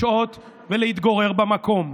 לשהות ולהתגורר במקום.